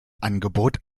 angebot